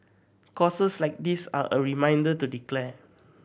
causes like this are a reminder to declare